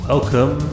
Welcome